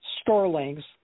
Sterling's